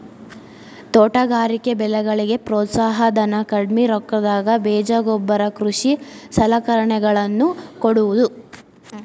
ತೋಟಗಾರಿಕೆ ಬೆಳೆಗಳಿಗೆ ಪ್ರೋತ್ಸಾಹ ಧನ, ಕಡ್ಮಿ ರೊಕ್ಕದಾಗ ಬೇಜ ಗೊಬ್ಬರ ಕೃಷಿ ಸಲಕರಣೆಗಳ ನ್ನು ಕೊಡುವುದು